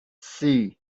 sea